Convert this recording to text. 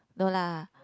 no lah